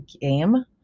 game